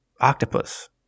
octopus